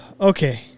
Okay